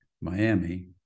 miami